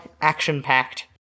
action-packed